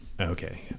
okay